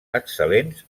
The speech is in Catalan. excel·lents